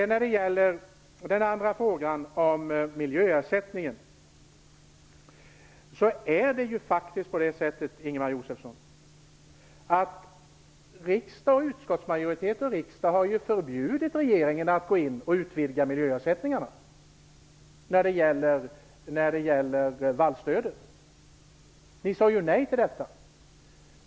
När det gäller den andra frågan om miljöersättningen har ju utskottsmajoritet och riksdag förbjudit regeringen att gå in och utvidga miljöersättningarna angående vallstödet. Ni sade ju nej till detta.